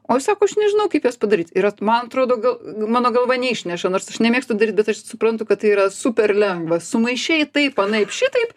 o jis sako aš nežinau kaip jas padaryt ir vat man atrodo gal mano galva neišneša nors aš nemėgstu daryt bet aš suprantu kad tai yra super lengva sumaišei taip anaip šitaip